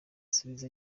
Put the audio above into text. asubiza